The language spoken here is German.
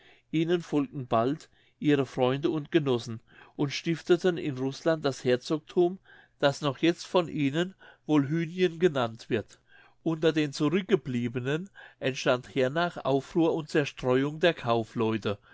ihnen folgten bald ihre freunde und genossen und stifteten in rußland das herzogthum das noch jetzt von ihnen wolhynien genannt wird unter den zurückgebliebenen entstand hernach aufruhr und zerstreuung der kaufleute